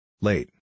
Late